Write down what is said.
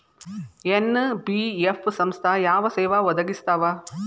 NBF ಸಂಸ್ಥಾ ಯಾವ ಸೇವಾ ಒದಗಿಸ್ತಾವ?